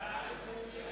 כל שעושים